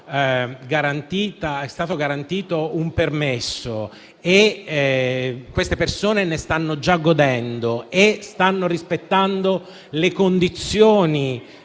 è stato garantito un permesso, ne stanno già godendo e stanno rispettando le condizioni